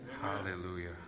Hallelujah